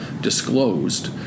disclosed